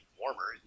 warmer